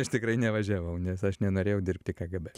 aš tikrai nevažiavau nes aš nenorėjau dirbti kgb